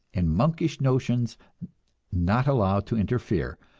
and monkish notions not allowed to interfere,